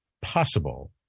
possible